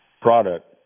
product